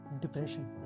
Depression